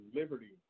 liberty